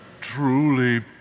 truly